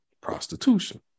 prostitution